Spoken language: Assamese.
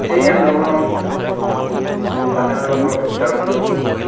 এই আন্দোলনত জালিয়ানাবাগৰ হত্যাকাণ্ড